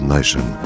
Nation